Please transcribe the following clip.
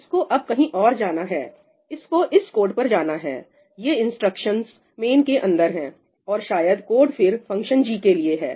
इसको अब कहीं और जाना है इसको इस कोड पर जाना है ये इंस्ट्रक्शनस main के अंदर है और शायद कोड फिर फंक्शन g के लिए है